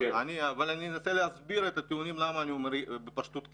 אבל אני אנסה להסביר את הטיעונים למה אני אומר בפשטות כן.